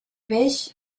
peix